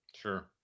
sure